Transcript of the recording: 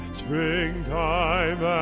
springtime